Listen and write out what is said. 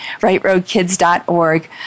rightroadkids.org